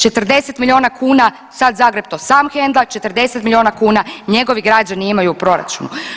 40 milijuna kuna, sad Zagreb to sam hedla, 40 milijuna kuna njegovi građani imaju u proračunu.